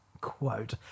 quote